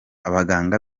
abaganga